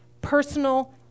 personal